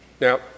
now